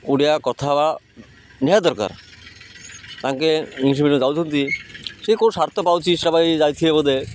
ଓଡ଼ିଆ କଥା ହବା ନିହାତି ଦରକାର ତାଙ୍କେ ଇଂଲିଶ ମିଡ଼ିୟମ୍ ଯାଉଛନ୍ତି ସେ କେଉଁ ସାର୍ଥ ପାଉଛି ଯାଇଥିବ ବୋଧେ